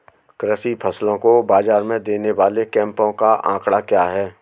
कृषि फसलों को बाज़ार में देने वाले कैंपों का आंकड़ा क्या है?